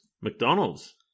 McDonald's